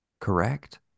Correct